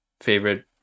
favorite